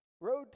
road